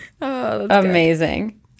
amazing